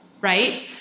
right